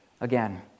again